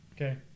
Okay